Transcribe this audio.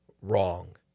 wrong